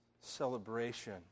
Celebration